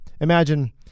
Imagine